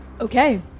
Okay